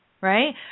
right